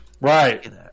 right